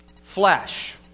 flesh